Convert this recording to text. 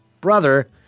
brother